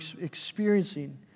experiencing